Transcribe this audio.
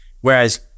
Whereas